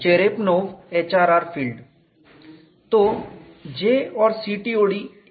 Cherepanov HRR field तो J और CTOD एक साथ चलते हैं